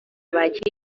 bagira